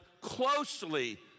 closely